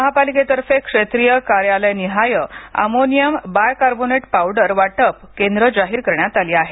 महापालिकेतर्फे क्षेत्रीय कार्यालयनिहाय अमोनियम बायकार्बोनेट पावडर वाटप केंद्र जाहीर करण्यात आली आहेत